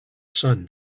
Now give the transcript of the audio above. sun